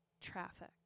traffic